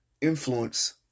influence